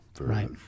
Right